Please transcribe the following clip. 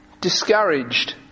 discouraged